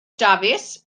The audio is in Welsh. dafis